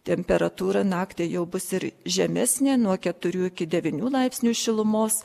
temperatūra naktį jau bus ir žemesnė nuo keturių iki devynių laipsnių šilumos